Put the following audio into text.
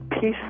peace